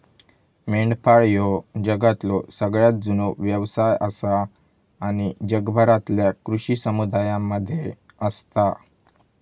मेंढपाळ ह्यो जगातलो सगळ्यात जुनो व्यवसाय आसा आणि जगभरातल्या कृषी समुदायांमध्ये असता